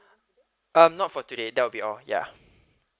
um not for today that will be all ya